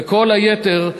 וכל היתר,